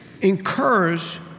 incurs